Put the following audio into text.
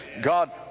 God